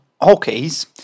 hockey's